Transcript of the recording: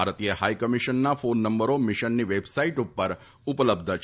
ભારતીય હાઇ કમિશનના ફોન નંબરો મીશનની વેબસાઇટ ઉપર ઉપલબ્ધ છે